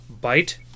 bite